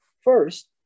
first